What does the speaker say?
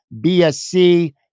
BSC